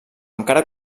encara